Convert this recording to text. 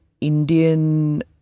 Indian